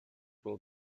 will